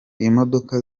imodoka